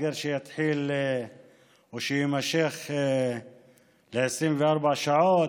סגר שיתחיל או שיימשך 24 שעות,